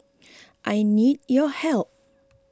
I need your help